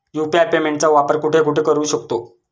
UPI पेमेंटचा वापर कुठे कुठे करू शकतो?